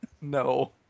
No